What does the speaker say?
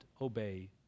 obey